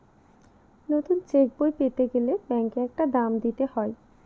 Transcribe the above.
নতুন চেকবই পেতে গেলে ব্যাঙ্কে একটা দাম দিতে হয়